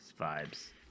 vibes